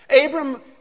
Abram